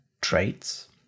traits